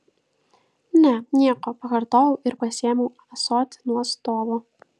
ne nieko pakartojau ir pasiėmiau ąsotį nuo stovo